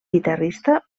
guitarrista